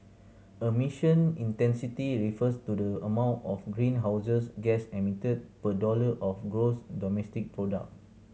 intensity refers to the amount of greenhouses gas emitted per dollar of gross domestic product